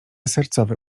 sercowe